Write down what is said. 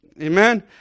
Amen